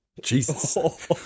Jesus